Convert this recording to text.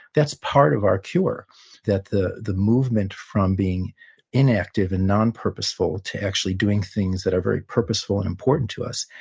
that's part of our cure that the the movement from being inactive and non-purposeful, to actually doing things that are very purposeful and important to us,